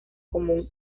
común